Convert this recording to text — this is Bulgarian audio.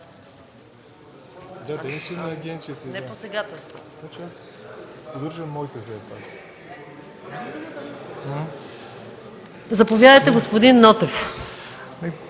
Заповядайте, господин Нотев.